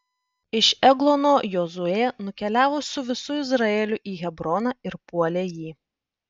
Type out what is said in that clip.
iš eglono jozuė nukeliavo su visu izraeliu į hebroną ir puolė jį